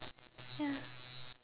ya